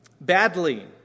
badly